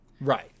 Right